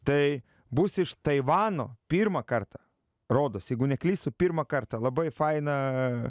tai bus iš taivano pirmą kartą rodos jeigu neklystu pirmą kartą labai faina